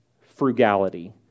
frugality